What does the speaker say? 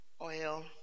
Oil